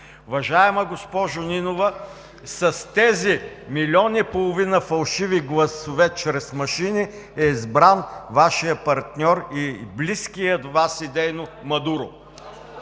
Уважаема госпожо Нинова, с тези милион и половина фалшиви гласове чрез машини е избран Вашият партньор и идейно близкият до Вас Мадуро.